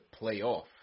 playoff